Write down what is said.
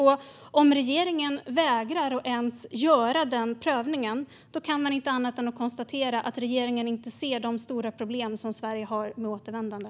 Om regeringen vägrar att ens göra den prövningen kan man inte annat än konstatera att regeringen inte ser de stora problem som Sverige har med återvändande.